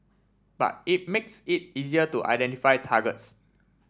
but it makes it easier to identify targets